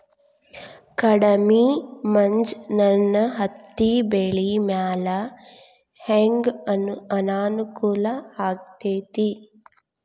ಕಡಮಿ ಮಂಜ್ ನನ್ ಹತ್ತಿಬೆಳಿ ಮ್ಯಾಲೆ ಹೆಂಗ್ ಅನಾನುಕೂಲ ಆಗ್ತೆತಿ?